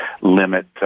limit